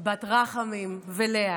בת רחמים ולאה,